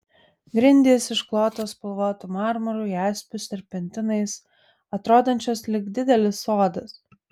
grindys išklotos spalvotu marmuru jaspiu serpentinais atrodančios lyg didelis sodas